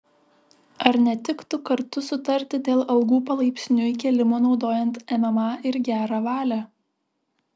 ar netiktų kartu sutarti dėl algų palaipsniui kėlimo naudojant mma ir gerą valią